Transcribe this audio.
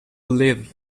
live